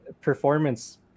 performance